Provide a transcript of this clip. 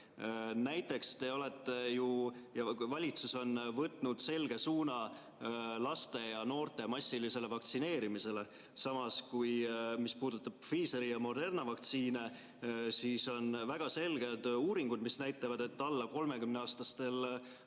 Näiteks te olete ja valitsus on võtnud selge suuna laste ja noorte massilisele vaktsineerimisele. Samas, mis puudutab Pfizeri ja Moderna vaktsiine, siis on väga selged uuringud, mis näitavad, et alla 30‑aastastele